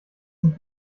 nicht